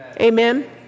Amen